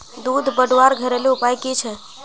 दूध बढ़वार घरेलू उपाय की छे?